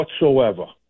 whatsoever